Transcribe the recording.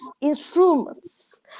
instruments